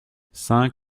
cinq